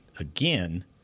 Again